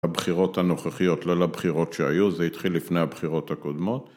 הבחירות הנוכחיות לא לבחירות שהיו, זה התחיל לפני הבחירות הקודמות.